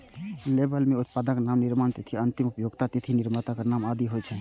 label मे उत्पादक नाम, निर्माण तिथि, अंतिम उपयोगक तिथि, निर्माताक नाम आदि होइ छै